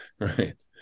Right